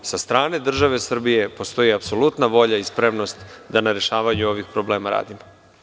Sa strane države Srbije postoji apsolutna volja i spremnost da na rešavanju ovih problema radimo.